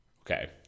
Okay